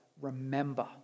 remember